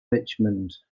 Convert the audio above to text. richmond